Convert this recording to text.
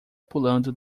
pulando